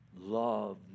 Love